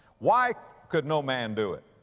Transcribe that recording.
why could no man do it?